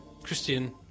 Christian